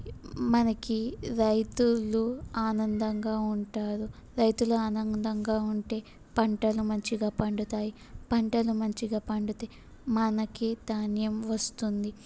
మనకు రైతులు ఆనందంగా ఉంటారు రైతులు ఆనందంగా ఉంటే పంటలు మంచిగా పండుతాయి పంటలు మంచిగా పండితే మనకు ధాన్యం వస్తుంది